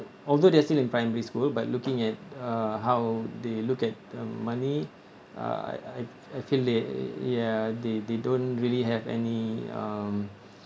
although they are still in primary school but looking at uh how they look at um money uh I I I feel they ya they they don't really have any um